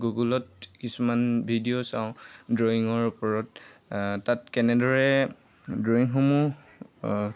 গুগলত কিছুমান ভিডিঅ' চাওঁ ড্ৰয়িঙৰ ওপৰত তাত কেনেদৰে ড্ৰয়িংসমূহ